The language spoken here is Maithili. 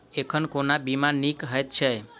एखन कोना बीमा नीक हएत छै?